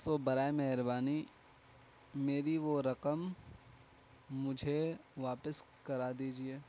تو برائے مہربانی میری وہ رقم مجھے واپس کرا دیجیے